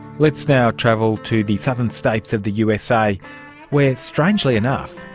let's now travel to the southern states of the usa where, strangely enough,